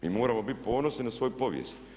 Mi moramo biti ponosni na svoju povijest.